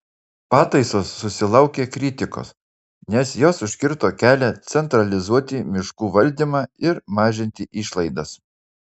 pataisos susilaukė kritikos nes jos užkirto kelią centralizuoti miškų valdymą ir mažinti išlaidas